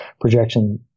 projection